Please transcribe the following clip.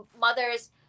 mothers